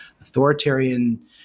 Authoritarian